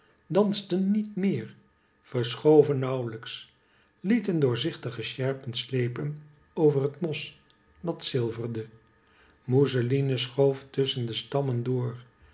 dansten niet meer verschoven nauwlijks lieten doorzichtige sjerpen sleepen over het mos dat zilverde mousseline schoof tusschen de stammen door